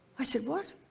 i said, what?